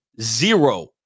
zero